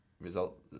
Result